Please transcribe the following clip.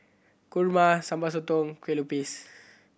Kurma Sambal Sotong Kueh Lupis